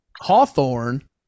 Hawthorne